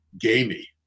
gamey